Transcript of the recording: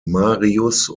marius